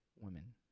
women